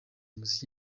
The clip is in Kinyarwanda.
umuziki